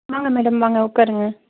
வாங்க மேடம் வாங்க உட்காருங்க